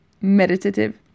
meditative